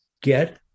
get